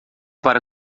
para